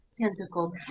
tentacles